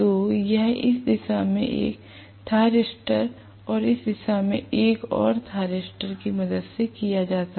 तो यह इस दिशा में एक थायरिस्टर और इस दिशा में एक और थायरिस्टर की मदद से किया जाता है